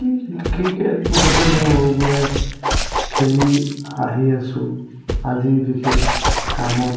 cricket মুঠতে মই সৰুৰে পৰাই খেলি আহি আছো আজিৰ বিশেষ কামত